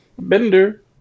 bender